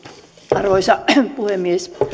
arvoisa puhemies